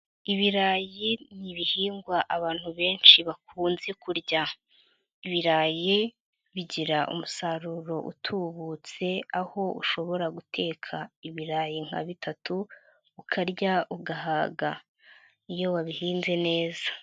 Ibirayi ni ibihingwa abantu benshi bakunze kurya. Ibirayi bigira umusaruro utubutse, aho ushobora guteka ibirayi nka bitatu, ukarya ugahaga. Iyo wabihinze neza.